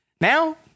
Now